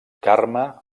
carme